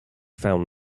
found